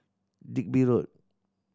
Digby Road